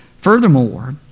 Furthermore